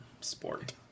Sport